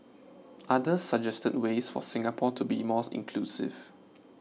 others suggested ways for Singapore to be more inclusive